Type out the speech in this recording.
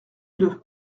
deux